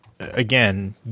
Again